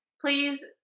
please